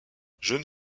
jeune